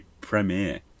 Premiere